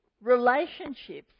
relationships